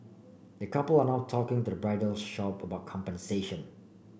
the couple are now talking to the bridal shop about compensation